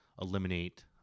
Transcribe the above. eliminate